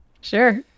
Sure